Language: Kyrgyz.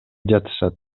жатышат